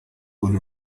would